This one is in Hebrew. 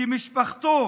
כי משפחתו